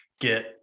get